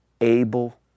able